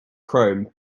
chrome